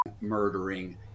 murdering